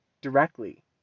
directly